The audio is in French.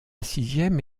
sixième